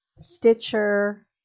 Stitcher